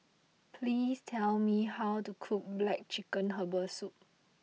please tell me how to cook Black Chicken Herbal Soup